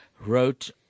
wrote